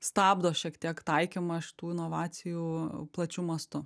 stabdo šiek tiek taikymą šitų inovacijų plačiu mastu